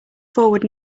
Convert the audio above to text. forward